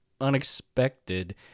unexpected